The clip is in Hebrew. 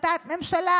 בהחלטת ממשלה.